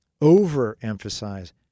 overemphasize